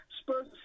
Spurs